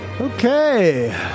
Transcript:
Okay